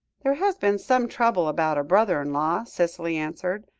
there has been some trouble about a brother-in-law, cicely answered.